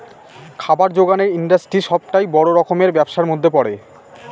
খাবার জোগানের ইন্ডাস্ট্রি সবটাই বড় রকমের ব্যবসার মধ্যে পড়ে